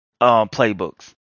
playbooks